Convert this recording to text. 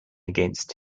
against